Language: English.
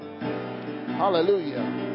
Hallelujah